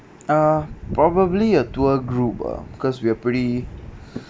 err probably a tour group ah because we are pretty